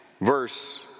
Verse